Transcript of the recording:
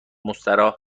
مستراح